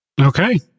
Okay